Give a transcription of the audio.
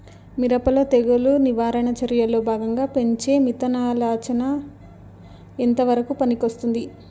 మిరప లో తెగులు నివారణ చర్యల్లో భాగంగా పెంచే మిథలానచ ఎంతవరకు పనికొస్తుంది?